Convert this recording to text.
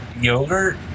yogurt